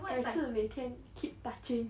改次每天 keep touching